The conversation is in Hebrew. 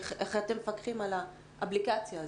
איך אתם מפקחים על האפליקציה הזו?